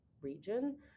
region